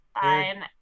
fine